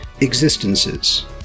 existences